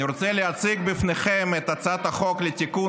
הצעת תיקון